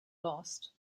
lost